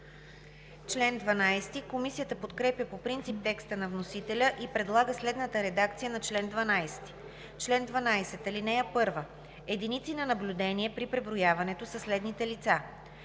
Комисията подкрепя по принцип текста на вносителя и предлага следната редакция на чл. 12: „Чл. 12. (1) Единици на наблюдение при преброяването са следните лица: